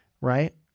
right